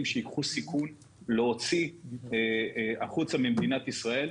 שייקחו סיכון להוציא החוצה ממדינת ישראל,